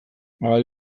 ahal